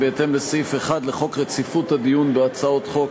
כי בהתאם לסעיף 1 לחוק רציפות הדיון בהצעות חוק,